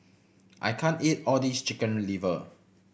I can't eat all this Chicken Liver